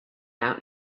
out